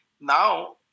Now